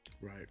right